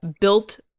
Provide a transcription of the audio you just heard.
built